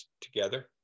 together